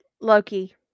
Loki